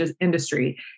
industry